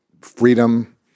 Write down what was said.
freedom